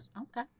Okay